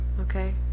Okay